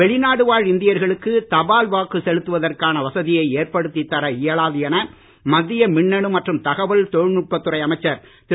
வெளிநாடு இந்தியர்களுக்கு தபால் வாக்கு செலுத்துவதற்கான வசதியை ஏற்படுத்தி தர இயலாது என மத்திய மின்னணு மற்றும் தகவல் தொழில்நுட்பத் துறை அமைச்சர் திரு